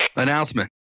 announcement